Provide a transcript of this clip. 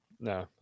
No